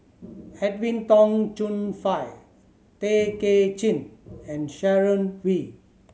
Edwin Tong Chun Fai Tay Kay Chin and Sharon Wee